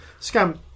Scam